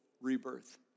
rebirth